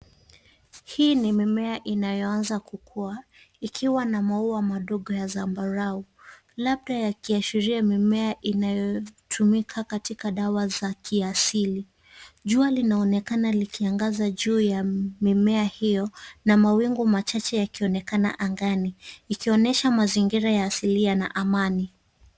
Hii ni mimea inayoanza kukuua ikiwa na maua madogo ya zambarau labda yakiashiria mimea inayotumika katika dawa za kiasili. Jua linaonekana likiangaza juu ya mimea hiyo na mawingu machache yakionekana angani ikionyesha mazingira ya asili yana amani.